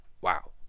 wow